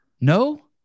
No